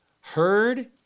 heard